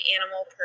animal